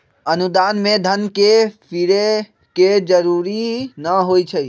अनुदान में धन के फिरे के जरूरी न होइ छइ